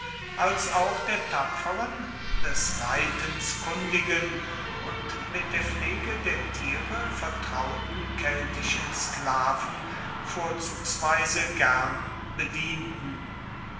als auch der tapferen des reitens kundigen und mit der pflege der tiere vertrauten keltischen sklaven vorzugsweise gern bedienten